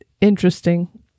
interesting